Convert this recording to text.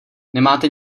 nemáte